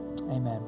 Amen